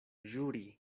ĵuri